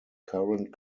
current